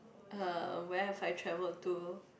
uh where have I travelled to